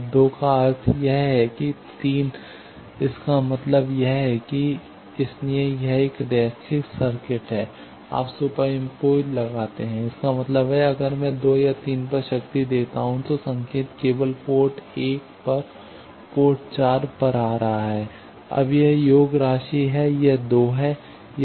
अब 2 का अर्थ यह है कि 3 इसका मतलब यह है इसलिए यह एक रैखिक सर्किट है आप सुपरइंपोज लगाते हैं कि इसका मतलब है अगर मैं 2 और 3 पर शक्ति देता हूं तो संकेत केवल पोर्ट 1 और पोर्ट 4 पर आ रहा है अब यह योग राशि है यह 2 है यह 0 है